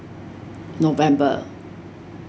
november